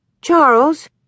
Charles